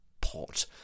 pot